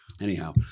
anyhow